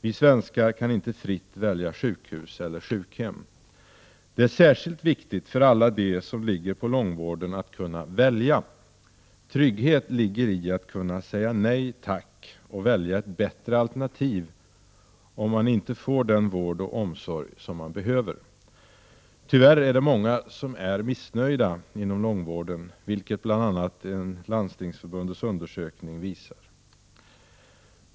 Vi svenskar kan inte fritt välja sjukhus eller sjukhem. Det är särskilt viktigt för alla dem som ligger på långvården att kunna välja. Trygghet ligger i att kunna säga nej tack och välja ett bättre alternativ om man inte får den vård och omsorg som man behöver. Tyvärr är det många inom långvården som är missnöjda, vilket bl.a. Landstingsförbundets undersökning visar.